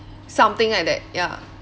something like that ya